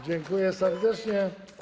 Dziękuję serdecznie.